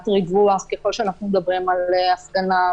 ריווח ככל שאנחנו מדברים על הפגנה.